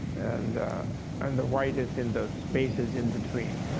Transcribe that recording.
and and the white is in the spaces in between.